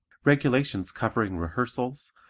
regulations covering rehearsals,